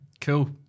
Cool